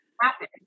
happen